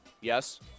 Yes